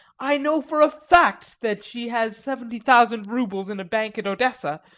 i know for a fact that she has seventy thousand roubles in a bank at odessa,